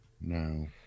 No